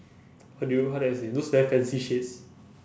how do you how do I say those very fancy shades